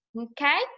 Okay